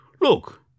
Look